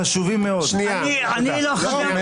--- אני לא חבר